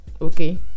Okay